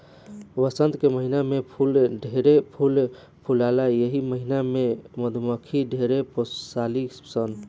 वसंत के महिना में फूल ढेरे फूल फुलाला एही महिना में मधुमक्खी ढेर पोसली सन